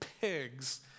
pigs